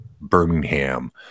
Birmingham